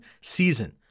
season